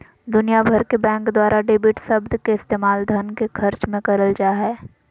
दुनिया भर के बैंक द्वारा डेबिट शब्द के इस्तेमाल धन के खर्च मे करल जा हय